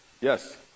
Yes